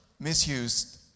misused